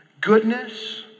goodness